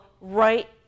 right